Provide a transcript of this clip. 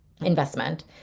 investment